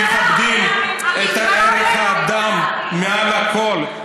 שמכבדים את ערך האדם מעל הכול,